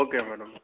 okay madam